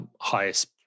highest